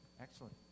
Excellent